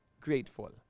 grateful